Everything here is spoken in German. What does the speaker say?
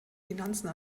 finanzen